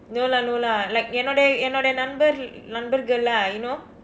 no lah no lah like என்னோட என்னோட நண்பர் நண்பர்கள்:ennooda ennooda nanpar nanparkal lah you know